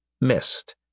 missed